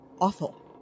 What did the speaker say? awful